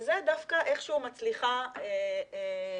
בזה דווקא איכשהו מצליחה להסתדר.